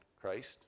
Christ